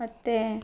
ಮತ್ತೆ